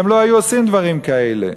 הם לא היו עושים דברים כאלה.